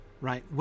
right